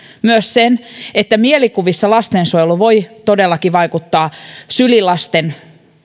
myös sen että mielikuvissa lastensuojelu voi todellakin vaikuttaa sylilasten